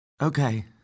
Okay